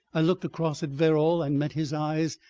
i looked across at verrall and met his eyes,